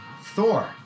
Thor